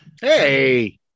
Hey